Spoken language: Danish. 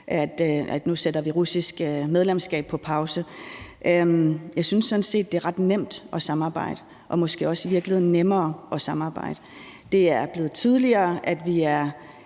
at vi satte det russiske medlemskab på pause. Jeg synes sådan set, det er ret nemt at samarbejde, og måske også i virkeligheden nemmere at samarbejde. Det er blevet tydeligere, at vi er